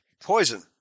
poison